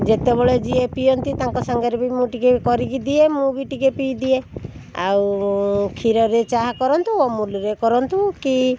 ଯେତେବେଳେ ଯିଏ ପିଅନ୍ତି ତାଙ୍କ ସାଙ୍ଗରେ ବି ମୁଁ ଟିକେ କରିକି ଦିଏ ମୁଁ ବି ଟିକେ ପିଇ ଦିଏ ଆଉ କ୍ଷୀରରେ ଚାହା କରନ୍ତୁ ଅମୁଲରେ କରନ୍ତୁ କି